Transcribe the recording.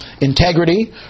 integrity